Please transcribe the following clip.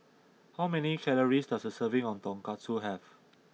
how many calories does a serving of Tonkatsu have